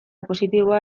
positiboa